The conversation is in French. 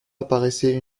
apparaissait